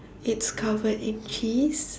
it's covered in cheese